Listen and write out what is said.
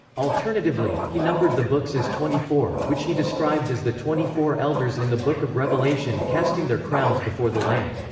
alternatively, he numbered the books as twenty four, which he described as the twenty four elders in the book of revelation casting their crowns before the lamb.